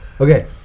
Okay